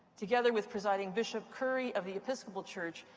together with presiding bishop curry of the episcopal church,